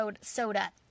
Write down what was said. soda